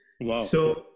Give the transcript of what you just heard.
Wow